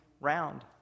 round